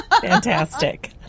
fantastic